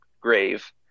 grave